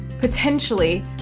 potentially